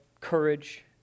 courage